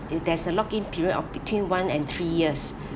if there's a lock in period of between one and three years